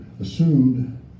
assumed